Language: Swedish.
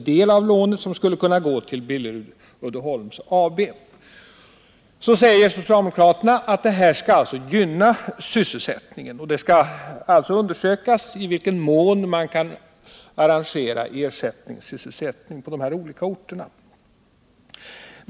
Den andra förutsättningen för socialdemokraterna är att lånet skall gynna sysselsättningen och att det skall undersökas i vilken mån man kan arrangera ersättningssysselsättning på de olika orterna.